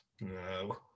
No